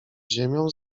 ziemią